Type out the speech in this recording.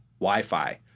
Wi-Fi